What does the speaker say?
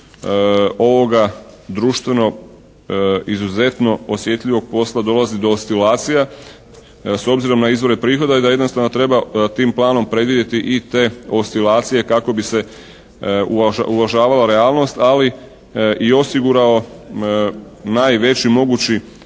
ovoga društveno izuzetno osjetljivo posla dolazi do oscilacija. S obzirom na izvore prihoda i da jednostavno treba tim planom predvidjeti i te oscilacije kako bi se uvažavala realnost. Ali i osigurao najveći mogući